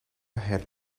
had